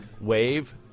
WAVE